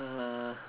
uh